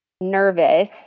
nervous